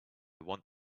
want